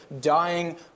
dying